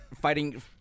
fighting